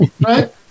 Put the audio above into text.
right